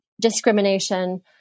discrimination